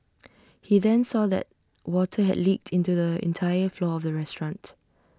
he then saw that water had leaked into the entire floor of the restaurant